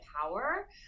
power